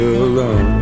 alone